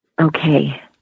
Okay